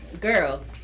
girl